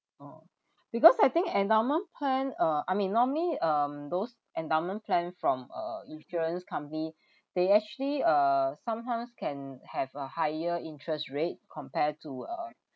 oh because I think endowment plan uh I mean normally um those endowment plan from uh insurance company they actually uh sometimes can have a higher interest rate compared to uh